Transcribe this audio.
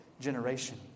generation